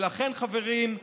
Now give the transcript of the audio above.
ולכן, חברים,